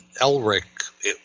Elric